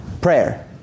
prayer